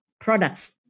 products